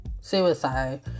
suicide